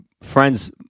friends